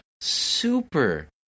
super